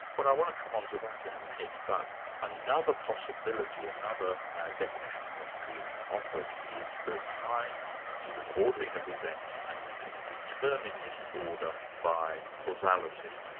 well i want to come on to that in a minute. but another possibility, another definition that's been offered, is that time is an ordering of events and we can determine this order by causality.